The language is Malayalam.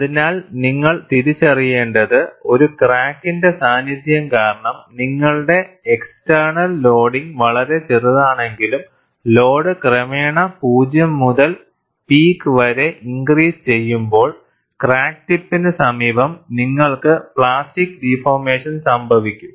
അതിനാൽ നിങ്ങൾ തിരിച്ചറിയേണ്ടത് ഒരു ക്രാക്കിന്റെ സാന്നിധ്യം കാരണം നിങ്ങളുടെ എക്സ്റ്റെനൽ ലോഡിംഗ് വളരെ ചെറുതാണെങ്കിലും ലോഡ് ക്രമേണ 0 മുതൽ പീക്ക് വരെ ഇൻക്രീസ് ചെയ്യുമ്പോൾ ക്രാക്ക് ടിപ്പിന് സമീപം നിങ്ങൾക്ക് പ്ലാസ്റ്റിക് ഡിഫോർമേഷൻ സംഭവിക്കും